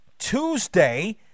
Tuesday